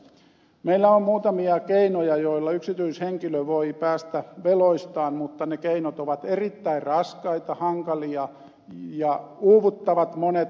meillä on muutamia keinoja joilla yksityishenkilö voi päästä veloistaan mutta ne keinot ovat erittäin raskaita ja hankalia ja uuvuttavat monet